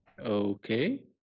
Okay